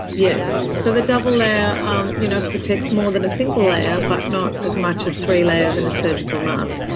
yes, so the double layer um you know protects more than a single layer, but not as much as three layers in a surgical mask.